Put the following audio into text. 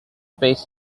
space